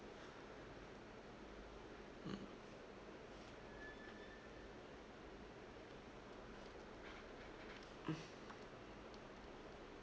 mm mm